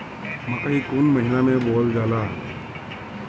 मकई कौन महीना मे बोअल जाला?